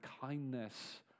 kindness